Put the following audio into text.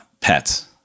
pets